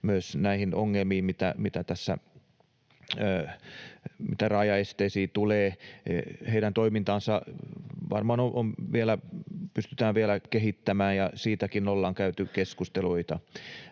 myös näihin ongelmiin, mitä rajaesteisiin tulee. Heidän toimintaansa varmaan pystytään vielä kehittämään, ja siitäkin ollaan käyty keskusteluita.